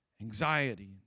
anxiety